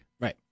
Right